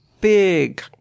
big